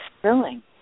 thrilling